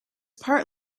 part